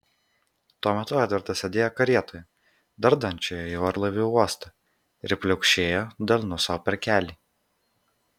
tuo metu edvardas sėdėjo karietoje dardančioje į orlaivių uostą ir pliaukšėjo delnu sau per kelį